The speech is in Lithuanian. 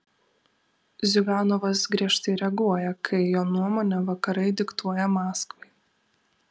ziuganovas griežtai reaguoja kai jo nuomone vakarai diktuoja maskvai